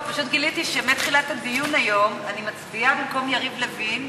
פשוט גיליתי שמתחילת הדיון היום אני מצביעה במקום יריב לוין.